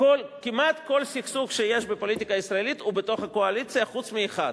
כמעט כל סכסוך שיש בפוליטיקה הישראלית ובתוך הקואליציה חוץ מאחד,